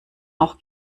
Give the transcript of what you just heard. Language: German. auch